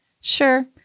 Sure